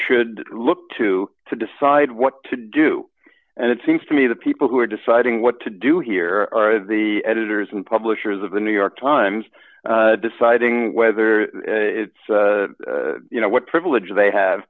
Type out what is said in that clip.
should look to to decide what to do and it seems to me the people who are deciding what to do here are the editors and publishers of the new york times deciding whether it's you know what privilege they have